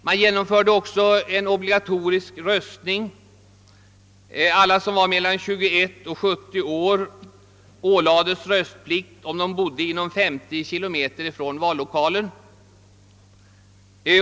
Obligatorisk röstning genomfördes också, alla som var mellan 21 och 70 år ålades röstplikt om de bodde inom 50 kilometer från vallokalen.